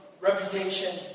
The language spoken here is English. reputation